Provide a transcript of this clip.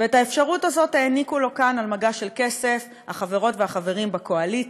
את האפשרות הזאת העניקו לו כאן על מגש של כסף החברות והחברים בקואליציה,